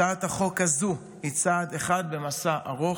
הצעת החוק הזאת היא צעד אחד במסע ארוך.